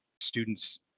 students